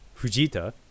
fujita